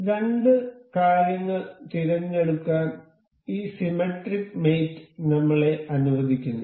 അതിനാൽ രണ്ട് കാര്യങ്ങൾ തിരഞ്ഞെടുക്കാൻ ഈ സിമെട്രിക് മേറ്റ് നമ്മളെ അനുവദിക്കുന്നു